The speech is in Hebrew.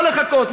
לא לחכות,